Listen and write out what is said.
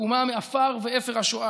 התקומה מעפר ואפר השואה,